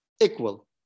Equal